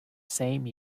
same